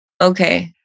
Okay